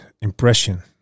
impression